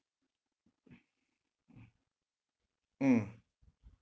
mm